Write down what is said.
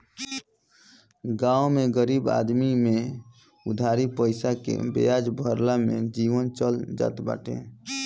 गांव में गरीब आदमी में उधारी पईसा के बियाजे भरला में जीवन चल जात बाटे